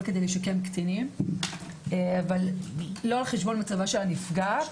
כדי לשקם קטינים אך לא על חשבון מצב הנפגעת,